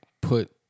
put